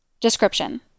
Description